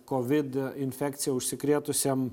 kovid infekcija užsikrėtusiem